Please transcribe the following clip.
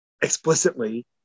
explicitly